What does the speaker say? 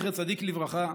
זכר צדיק לברכה,